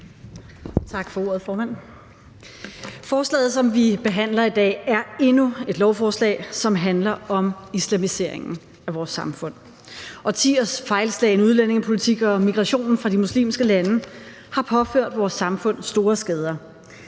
Forslaget, som vi behandler i dag, er endnu et lovforslag, som handler om islamiseringen af vores samfund. Årtiers fejlslagen udlændingepolitik og migrationen fra de muslimske lande har påført vores samfund store skader.